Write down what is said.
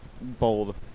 bold